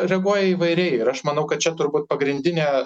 reaguoja įvairiai ir aš manau kad čia turbūt pagrindinė